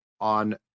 on